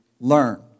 learn